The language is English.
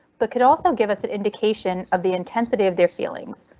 but could also give us an indication of the intensity of their feelings.